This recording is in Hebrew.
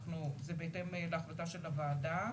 זה בהתאם להחלטה של הוועדה.